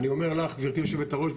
אני אומר לך גבירתי יושבת הראש,